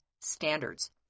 standards